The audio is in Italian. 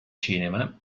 cinema